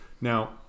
now